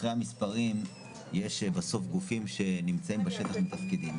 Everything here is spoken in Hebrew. מאחורי המספרים יש בסוף גופים שנמצאים בשטח ומתפקדים.